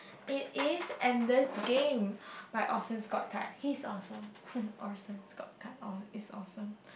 it is and this game by Orson-Scott-Card he is awesome Orson-Scott-Card or is awesome